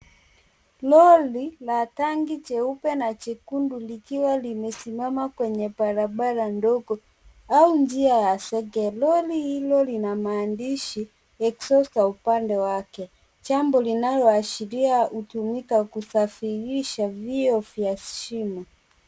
Lori la tanki jeupe na jekundu likiwa limesimama kwenye barabara ndogo au njia ya sege. Lori hili lina maandishi EXHAUSTER upande wake. Jambo linoyoashiria hutumika kusafirisha vyoo vya shimo.